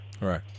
Right